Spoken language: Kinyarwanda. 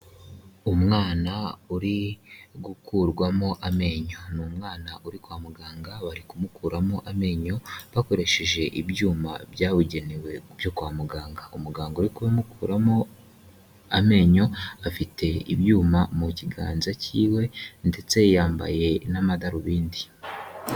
Umwana uri gukurwamo amenyo, ni umwana uri kwa muganga, bari kumukuramo amenyo, bakoresheje ibyuma byabugenewe byo kwa muganga, umuganga uri kumukuramo amenyo, afite ibyuma mu kiganza cyiwe ndetse yambaye n'amadarubindi.